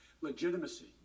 Legitimacy